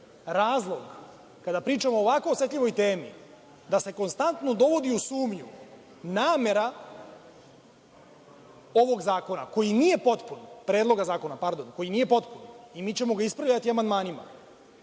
razlog, kada pričamo o ovako osetljivoj temi, da se konstantno dovodi u sumnju namera ovog zakona, koji nije potpun, Predloga zakona, pardon, koji nije potpun i mi ćemo ga ispravljati amandmanima,